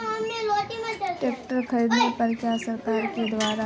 Tractor खरीदने पर सरकार द्वारा क्या अनुदान मिलता है?